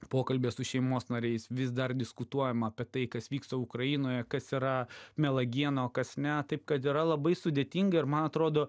pokalbyje su šeimos nariais vis dar diskutuojama apie tai kas vyksta ukrainoje kas yra melagiena o kas ne taip kad yra labai sudėtinga ir man atrodo